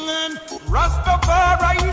Rastafari